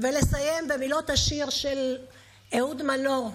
ואסיים במילות השיר של אהוד מנור,